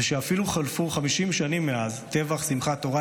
ואפילו שחלפו 50 שנים מאז טבח שמחת תורה